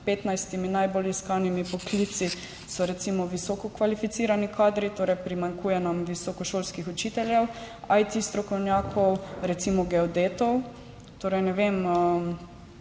15 najbolj iskanimi poklici recimo visoko kvalificirani kadri, primanjkuje torej nam visokošolskih učiteljev, IT strokovnjakov, recimo geodetov. Torej ne vem,